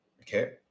Okay